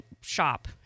shop